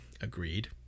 Agreed